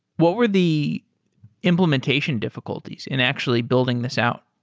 what were the implementation difficulties in actually building this out?